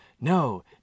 no